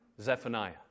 Zephaniah